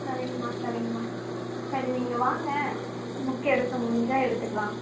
சரிங்க மா சரிங்க மா சரி நீங்கள் வாங்க புக் எடுக்க முடிஞ்சா எடுத்துக்கலாம்